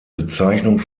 bezeichnung